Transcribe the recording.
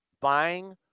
Buying